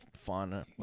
fun